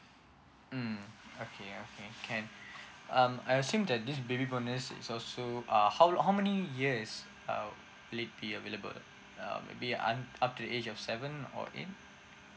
mm okay okay can um I assume that this baby bonus is also uh how long how many years um this be available uh maybe up to the age of seven or eight